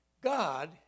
God